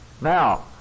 now